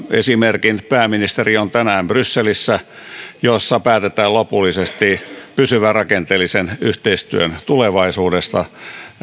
esimerkin pääministeri on tänään brysselissä missä päätetään lopullisesti pysyvän rakenteellisen yhteistyön tulevaisuudesta